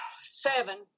seven